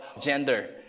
gender